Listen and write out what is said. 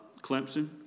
Clemson